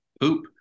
poop